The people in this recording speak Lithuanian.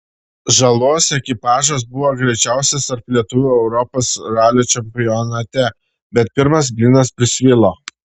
žalos ekipažas buvo greičiausias tarp lietuvių europos ralio čempionate bet pirmas blynas prisvilo